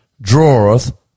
draweth